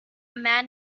man